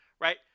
right